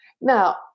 Now